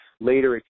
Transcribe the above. later